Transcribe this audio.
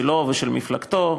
שלו ושל מפלגתו,